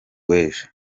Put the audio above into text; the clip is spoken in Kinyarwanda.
w’ejo